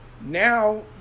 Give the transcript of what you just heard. now